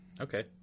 Okay